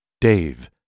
Dave